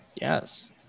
Yes